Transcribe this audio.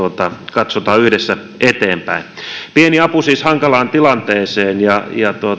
katsotaan yhdessä eteenpäin pieni apu siis hankalaan tilanteeseen ja